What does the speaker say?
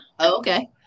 okay